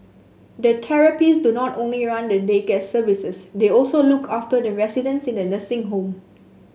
the therapists do not only run the day care services they also look after the residents in the nursing home